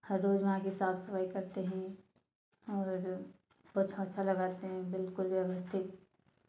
हर रोज़ वहाँ की साफ़ सफ़ाई करते हैं और पोछा ओछा लगाते है बिल्कुल व्यवस्थित